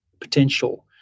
potential